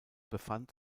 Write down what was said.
befand